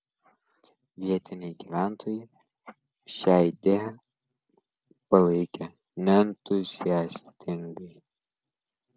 vietiniai gyventojai šią idėją palaikė neentuziastingai